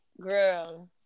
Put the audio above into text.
girl